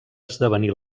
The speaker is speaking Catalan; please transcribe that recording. esdevenir